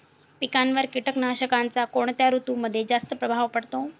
पिकांवर कीटकनाशकांचा कोणत्या ऋतूमध्ये जास्त प्रभाव पडतो?